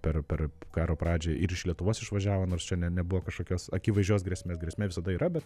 per per karo pradžią ir iš lietuvos išvažiavo nors čia ne nebuvo kažkokios akivaizdžios grėsmės grėsmė visada yra bet